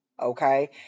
okay